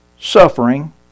suffering